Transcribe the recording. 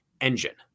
engine